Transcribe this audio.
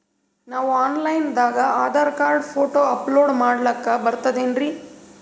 ನಾವು online ದಾಗ ಆಧಾರಕಾರ್ಡ, ಫೋಟೊ ಅಪಲೋಡ ಮಾಡ್ಲಕ ಬರ್ತದೇನ್ರಿ?